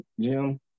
gym